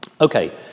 Okay